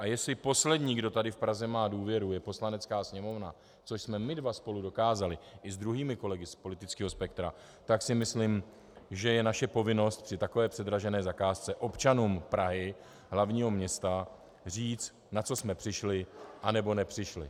Jestli poslední, kdo tady v Praze má důvěru, je Poslanecká sněmovna, což jsme my dva spolu dokázali i s druhými kolegy z politického spektra, tak si myslím, že je naše povinnost při takové předražené zakázce občanům Prahy, hlavního města, říct, na co jsme přišli, anebo nepřišli.